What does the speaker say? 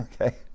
okay